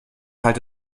halte